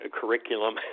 curriculum